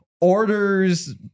orders